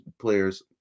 players